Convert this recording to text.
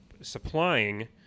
supplying